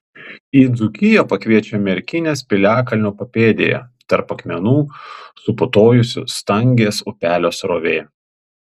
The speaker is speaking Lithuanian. į dzūkiją pakviečia merkinės piliakalnio papėdėje tarp akmenų suputojusi stangės upelio srovė